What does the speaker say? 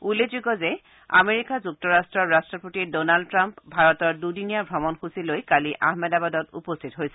উল্লেখযোগ্য যে আমেৰিকা যুক্তৰাট্টৰ ৰাট্টপতি ডনাল্ড ট্ৰাম্প ভাৰতৰ দুদিনীয়া ভ্ৰমণসূচী লৈ কালি আহমেদাবাদত উপস্থিত হৈছিল